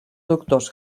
doctors